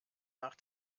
nach